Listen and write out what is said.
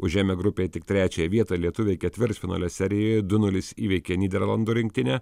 užėmė grupėj tik trečiąją vietą lietuviai ketvirtfinalio serijoj du nulis įveikė nyderlandų rinktinę